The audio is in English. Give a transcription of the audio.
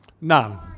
None